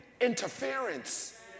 interference